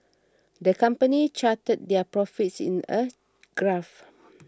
the company charted their profits in a graph